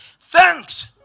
thanks